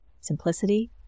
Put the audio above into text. Simplicity